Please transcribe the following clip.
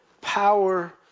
power